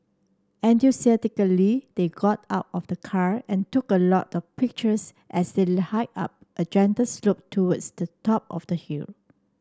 enthusiastically they got out of the car and took a lot of pictures as they hiked up a gentle slope towards the top of the hill